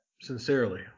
sincerely